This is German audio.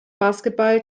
basketball